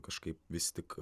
kažkaip vis tik